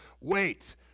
wait